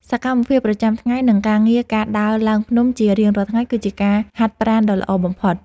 សកម្មភាពប្រចាំថ្ងៃ និងការងារការដើរឡើងភ្នំជារៀងរាល់ថ្ងៃគឺជាការហាត់ប្រាណដ៏ល្អបំផុត។